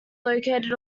located